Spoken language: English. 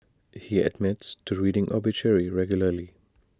he admits to reading obituary regularly